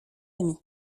ami